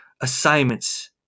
assignments